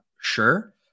sure